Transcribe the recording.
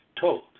told